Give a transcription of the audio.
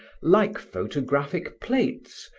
like photographic plates,